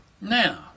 Now